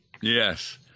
Yes